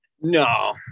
No